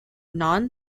non